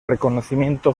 reconocimiento